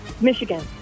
Michigan